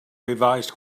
revised